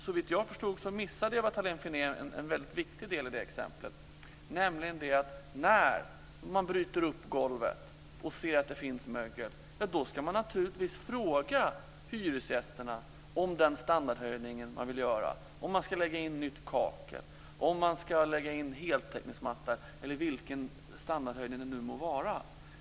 Såvitt jag förstod missade hon en väldigt viktig del i det exemplet. Om man bryter upp ett golv och ser att det finns mögel ska man naturligtvis fråga hyresgästerna om den standardhöjning man vill göra. Det gäller inläggning av kakel eller heltäckningsmatta eller andra standardhöjningar.